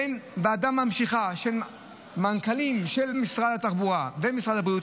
בין ועדה ממשיכה של מנכ"לים של משרד התחבורה ומשרד הבריאות,